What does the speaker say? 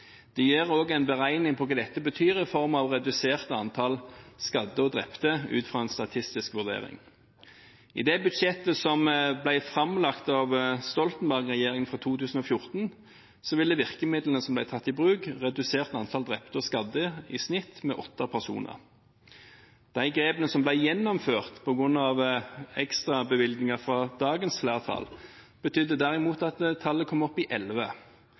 De gjør også en beregning av hva dette betyr i form av redusert antall skadde og drepte ut fra en statistisk vurdering. I budsjettet som ble framlagt av Stoltenberg-regjeringen for 2014, ville virkemidlene som ble tatt i bruk, redusert antall drepte og skadde med i snitt åtte personer. De grepene som ble gjennomført på grunn av ekstrabevilgninger fra dagens flertall, betydde derimot at tallet kom opp i elleve.